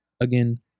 again